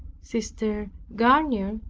sister garnier,